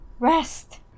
rest